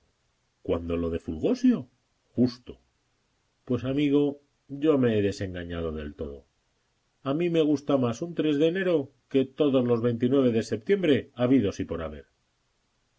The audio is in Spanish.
cuando lo de fulgosio justo pues amigo yo me he desengañado de todo a mí me gusta más un de enero que todos los de septiembre habidos y por haber